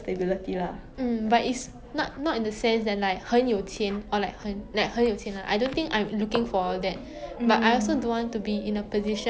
!hey! you want to be happy but then to a certain extent like 钱你需要钱 in order to live a life that helps you to attain happiness